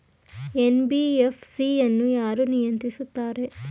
NBFC ಅನ್ನು ಯಾರು ನಿಯಂತ್ರಿಸುತ್ತಾರೆ?